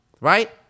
right